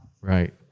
Right